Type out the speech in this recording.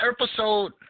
episode